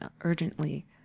urgently